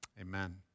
amen